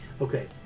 Okay